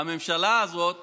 והממשלה הזאת